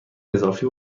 اضافی